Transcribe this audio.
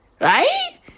Right